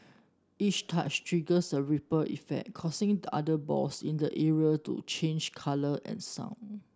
each touch triggers a ripple effect causing other balls in the area to change colour and sound